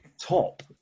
top